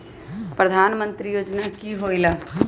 प्रधान मंत्री योजना कि होईला?